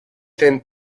thin